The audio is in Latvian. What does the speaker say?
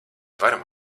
varam